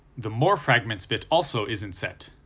the more fragments bit also isn't set,